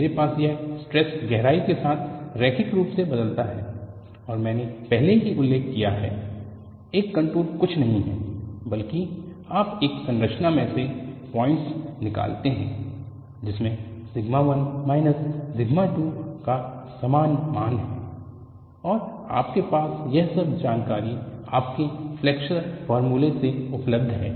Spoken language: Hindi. मेरे पास यह स्ट्रेस गहराई के साथ रैखिक रूप से बदलता है और मैंने पहले ही उल्लेख किया है एक कंटूर कुछ नहीं है बल्कि आप एक संरचना में से पॉइंट्स निकालते हैं जिसमें सिग्मा 1 माइनस सिग्मा 2 का समान मान है और आपके पास यह सब जानकारी आपके फ्लेक्सर फॉर्मूले से उपलब्ध है